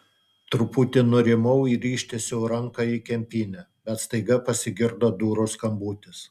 truputį nurimau ir ištiesiau ranką į kempinę bet staiga pasigirdo durų skambutis